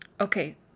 Okay